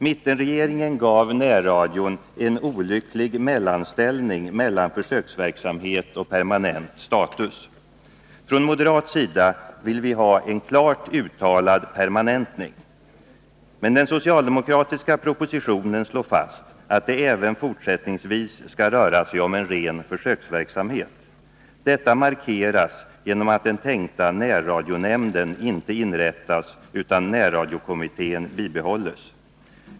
Mittenregeringen gav närradion en olycklig mellanställning mellan försöksverksamhet och permanent status. Från moderat sida ville vi ha en klart uttalad permanentning. Men den socialdemokratiska propositionen slår fast att det även fortsättningsvis skall röra sig om en ren försöksverksamhet. Detta markeras genom att den tänkta närradionämnden inte inrättas utan närradiokommittén bibehålls.